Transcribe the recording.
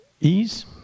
ease